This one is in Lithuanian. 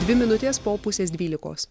dvi minutės po pusės dvylikos